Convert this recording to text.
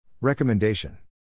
Recommendation